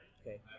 Okay